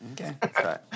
Okay